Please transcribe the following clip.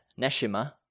Neshima